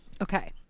Okay